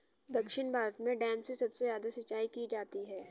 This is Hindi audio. दक्षिण भारत में डैम से सबसे ज्यादा सिंचाई की जाती है